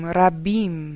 Rabim